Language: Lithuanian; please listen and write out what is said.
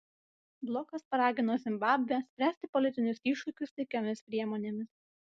blokas paragino zimbabvę spręsti politinius iššūkius taikiomis priemonėmis